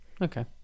okay